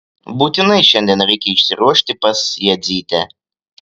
būtinai šiandien reikia išsiruošti pas jadzytę